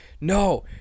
no